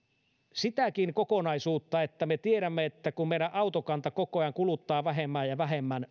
sitäkin kokonaisuutta että me tiedämme että kun meidän autokantamme uudet autot jotka tulevat markkinoille koko ajan kuluttaa vähemmän ja vähemmän